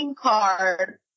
card